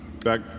Back